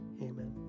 Amen